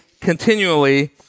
continually